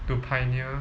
to pioneer